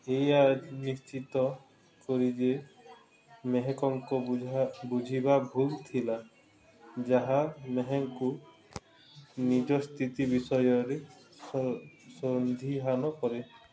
ଏଇଆ ନିଶ୍ଚିତ କରିଦିଏ ମେହେକଙ୍କ ବୁଝା ବୁଝିବା ଭୁଲ୍ ଥିଲା ଯାହା ମେହେକଙ୍କୁ ନିଜ ସ୍ଥିତି ବିଷୟରେ ସନ୍ଧିହାନ କରେ